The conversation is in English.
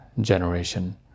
generation